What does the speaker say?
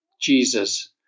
Jesus